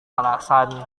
alasan